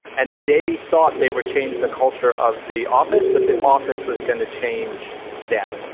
and they thought they would change the culture of the office. but the office was going to change them.